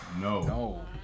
No